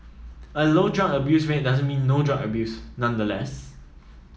a low drug abuse rate doesn't mean no drug abuse nonetheless